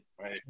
right